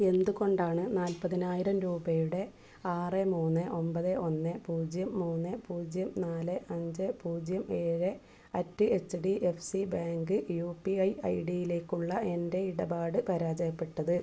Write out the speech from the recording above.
എന്തുകൊണ്ടാണ് നാൽപ്പതിനായിരം രൂപയുടെ ആറ് മൂന്ന് ഒമ്പത് ഒന്ന് പൂജ്യം മൂന്ന് പൂജ്യം നാള് അഞ്ച് പൂജ്യം ഏഴ് at H D F C bank U P I I ഡിയിലേക്കുള്ള എൻ്റെ ഇടപാട് പരാജയപ്പെട്ടത്